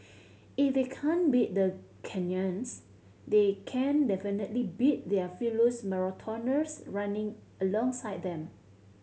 if they can't beat the Kenyans they can definitely beat their marathoners running alongside them